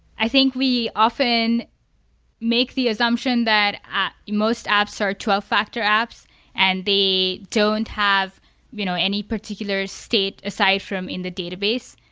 i think we often make the assumption that most apps are twelve factor apps and they don't have you know any particular state aside from in the database,